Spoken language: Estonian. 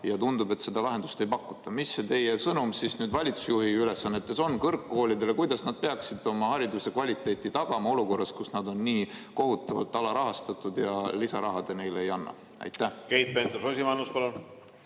aga tundub, et seda lahendust ei pakuta. Mis on teie sõnum nüüd valitsusjuhi ülesannetes kõrgkoolidele? Kuidas nad peaksid oma hariduse kvaliteeti tagama olukorras, kus nad on nii kohutavalt alarahastatud ja lisaraha te neile ei anna? Aitäh! Austatud minister!